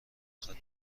خدمت